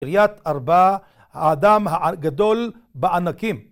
קריית ארבע, האדם הגדול בענקים